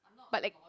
but like